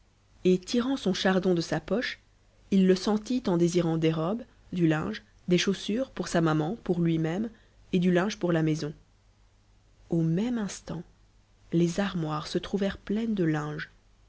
et tirant son chardon de sa poche il le sentit on désirant des robes du linge des chaussures pour sa maman pour lui-même et du linge pour la maison au même instant les armoires se trouvèrent pleines de linge